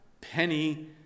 penny